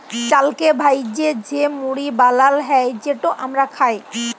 চালকে ভ্যাইজে যে মুড়ি বালাল হ্যয় যেট আমরা খাই